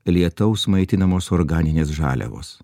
lietaus maitinamos organinės žaliavos